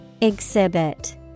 Exhibit